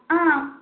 ஆ